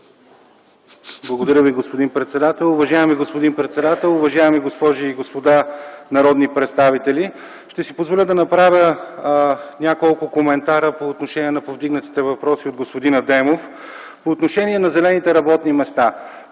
Благодаря Ви, господин председател. Уважаеми господин председател, уважаеми госпожи и господа народни представители! Ще си позволя да направя няколко коментара по отношение на повдигнатите въпроси от господин Адемов. По отношение на зелените работни места